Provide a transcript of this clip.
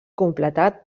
completat